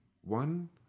one